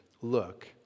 Look